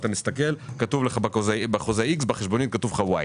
אתה מסתכל וכתוב בחוזה X ובחשבונית כתוב Y,